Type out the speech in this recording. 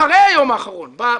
אחרי היום האחרון של הכנסת הזו,